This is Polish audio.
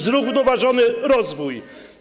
Zrównoważony rozwój.